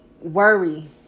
worry